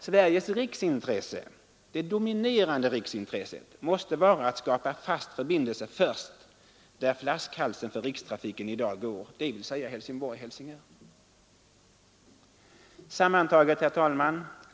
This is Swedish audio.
Sveriges riksintresse, det dominerande riksintresset, måste vara att skapa fast förbindelse först där flaskhalsen för rikstrafiken i dag finns, dvs. Helsingborg—Helsingör. Sammantaget, herr talman!